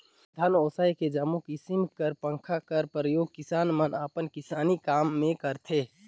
धान ओसाए के जम्मो किसिम कर पंखा कर परियोग किसान मन अपन किसानी काम मे करथे